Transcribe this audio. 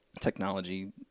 technology